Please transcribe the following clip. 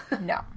No